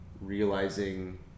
realizing